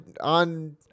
on